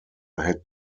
had